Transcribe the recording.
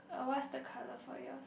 uh what's the colour for yours